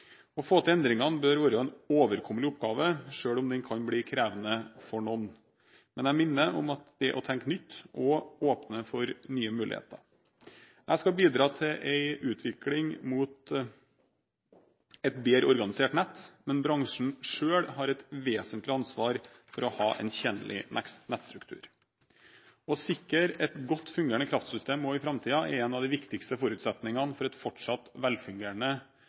Å få til endringene bør være en overkommelig oppgave, selv om den kan bli krevende for noen, men jeg minner om at det å tenke nytt også åpner for nye muligheter. Jeg skal bidra til en utvikling mot et bedre organisert nett, men bransjen selv har et vesentlig ansvar for å ha en tjenlig nettstruktur. Å sikre et godt fungerende kraftsystem også i framtiden er en av de viktigste forutsetningene for et fortsatt velfungerende